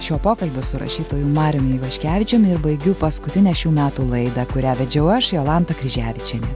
šiuo pokalbiu su rašytoju mariumi ivaškevičiumi ir baigiu paskutinę šių metų laidą kurią vedžiau aš jolanta kryževičienė